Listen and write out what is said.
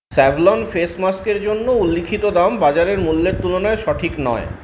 Savlon face মাস্কের জন্য উল্লিখিত দাম বাজারের মূল্যের তুলনায় সঠিক নয়